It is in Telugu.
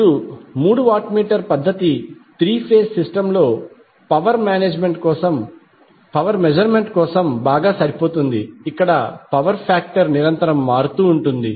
ఇప్పుడు మూడు వాట్ మీటర్ పద్ధతి త్రీ ఫేజ్ సిస్టమ్ లో పవర్ మెజర్మెంట్ కోసం బాగా సరిపోతుంది ఇక్కడ పవర్ ఫాక్టర్ నిరంతరం మారుతూ ఉంటుంది